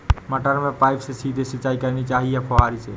मटर में पाइप से सीधे सिंचाई करनी चाहिए या फुहरी से?